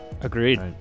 Agreed